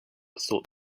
thought